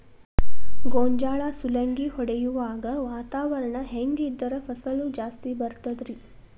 ಗೋಂಜಾಳ ಸುಲಂಗಿ ಹೊಡೆಯುವಾಗ ವಾತಾವರಣ ಹೆಂಗ್ ಇದ್ದರ ಫಸಲು ಜಾಸ್ತಿ ಬರತದ ರಿ?